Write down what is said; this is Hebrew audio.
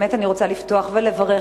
באמת אני רוצה לפתוח ולברך,